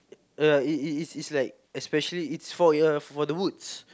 uh it it it it's like especially it's for your for the woods